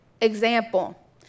example